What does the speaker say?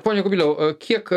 pone kubiliau kiek